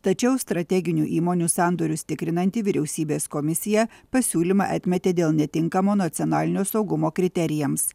tačiau strateginių įmonių sandorius tikrinanti vyriausybės komisija pasiūlymą atmetė dėl netinkamo nacionalinio saugumo kriterijams